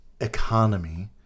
economy